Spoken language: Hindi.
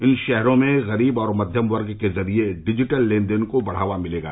इन शहरों में गरीब और मध्यम वर्ग के जरिये डिजिटल लेन देन को बढ़ावा मिलेगा